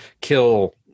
kill